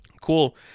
Cool